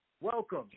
Welcome